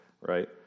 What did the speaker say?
right